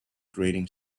grating